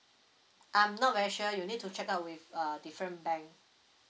I'm not very sure you need to check out with uh different bank